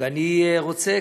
ואני רוצה,